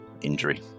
injury